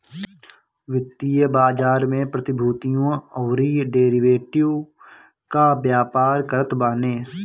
वित्तीय बाजार में प्रतिभूतियों अउरी डेरिवेटिव कअ व्यापार करत बाने